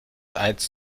eins